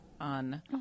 on